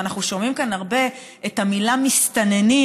ואנחנו שומעים כאן הרבה את המילה "מסתננים"